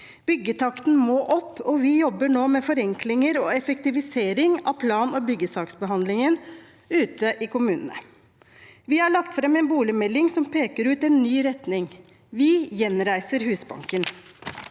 Byggetakten må opp, og vi jobber nå med forenklinger og effektivisering av plan- og byggesaksbehandlingen ute i kommunene. Vi har lagt fram en boligmelding som peker ut en ny retning. Vi gjenreiser Husbanken.